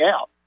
out